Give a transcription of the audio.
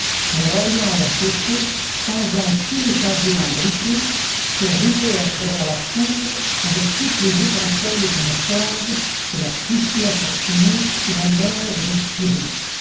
broyant la chaussée changeant tous les pavés en briquets se ruait à travers la foule avec toutes les étincelles d'une forge de la poussière pour fumée et un air de furie